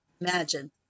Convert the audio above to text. imagine